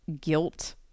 guilt